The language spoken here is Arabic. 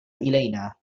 إلينا